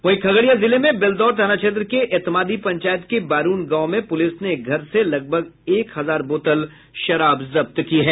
वहीं खगड़िया जिले में बेलदौर थाना क्षेत्र के इतमादी पंचायत के बारूण गांव में पुलिस ने एक घर से लगभग एक हजार बोतल शराब जब्त की है